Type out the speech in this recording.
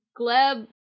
Gleb